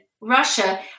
Russia